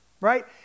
right